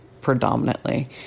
predominantly